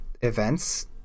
events